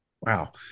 Wow